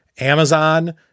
Amazon